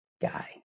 guy